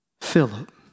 Philip